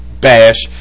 Bash